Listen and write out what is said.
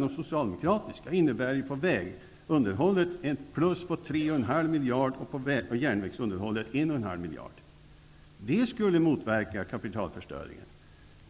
reservationerna innebär ett plus på tre och en halv miljard för vägunderhållet och på en och en halv miljard för järnvägsunderhållet. Det skulle motverka kapitalförstöringen!